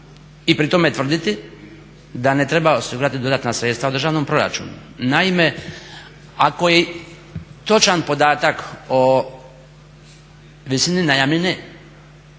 i pri tome tvrditi da ne treba osigurati dodatna sredstva u državnom proračunu. Naime, ako je točan podatak o visini najamnine